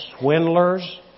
swindlers